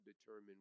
determine